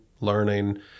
learning